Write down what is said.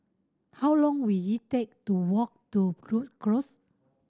how long will it take to walk to Rhu Cross